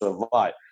survive